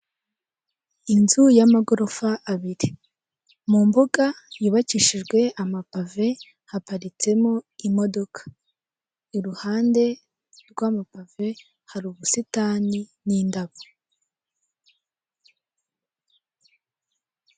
Inzu y'amagorofa abiri mu mbuga yubakishijwe amapave haparitsemo imodoka iruhande rw'amapave hari ubusitani n'indabo.